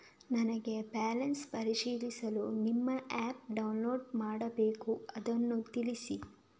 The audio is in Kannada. ನನಗೆ ಬ್ಯಾಲೆನ್ಸ್ ಪರಿಶೀಲಿಸಲು ನಿಮ್ಮ ಆ್ಯಪ್ ಡೌನ್ಲೋಡ್ ಮಾಡಬೇಕು ಅದನ್ನು ತಿಳಿಸಿ?